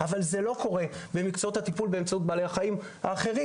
אבל זה לא קורה במקצועות הטיפול באמצעות בעלי החיים האחרים.